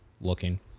looking